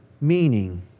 meaning